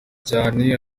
cyane